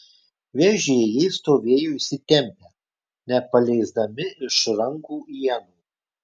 vežėjai stovėjo įsitempę nepaleisdami iš rankų ienų